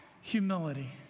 humility